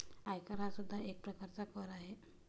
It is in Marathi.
आयकर हा सुद्धा एक प्रकारचा कर आहे